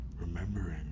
remembering